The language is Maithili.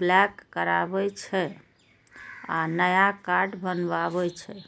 ब्लॉक कराबै छै आ नया कार्ड बनबावै छै